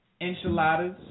Enchiladas